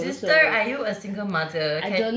sister are you a single mother